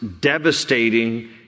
devastating